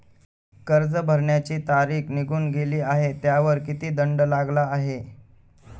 कर्ज भरण्याची तारीख निघून गेली आहे त्यावर किती दंड लागला आहे?